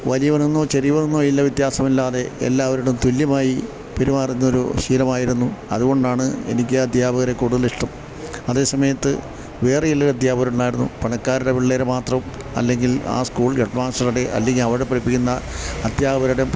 വലിയവനെന്നോ ചെറിയവനെന്നോ ഇല്ല വ്യത്യാസമില്ലാതെ എല്ലാവരോടും തുല്യമായി പെരുമാറുന്നൊരു ശീലമായിരുന്നു അതുകൊണ്ടാണ് എനിക്ക് ആ അധ്യാപകരെ കൂടുതലിഷ്ടം അതേസമയത്ത് വേറെ ചില അദ്ധ്യാപകരുണ്ടായിരുന്നു പണക്കാരുടെ പിള്ളേരെ മാത്രം അല്ലെങ്കിൽ ആ സ്കൂൾ ഹെഡ്മാസ്റ്ററുടെ അല്ലെങ്കില് അവിടെ പഠിപ്പിക്കുന്ന അധ്യാപകരുടെ